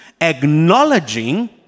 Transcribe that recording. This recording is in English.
acknowledging